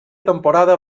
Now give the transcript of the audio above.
temporada